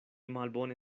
malbone